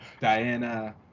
Diana